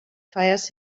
fires